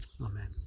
Amen